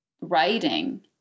writing